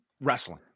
wrestling